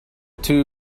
two